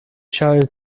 shouted